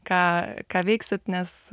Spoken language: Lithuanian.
ką ką veiksit nes